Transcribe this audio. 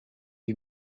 you